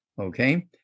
Okay